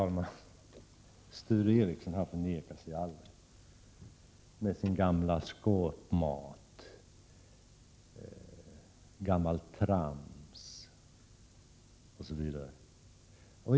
Herr talman! Sture Ericson förnekar sig aldrig, med sin gamla skåpmat, sitt gamla trams osv.